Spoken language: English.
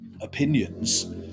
opinions